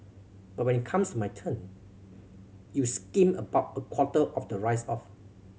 but when it comes my turn you skim about a quarter of the rice off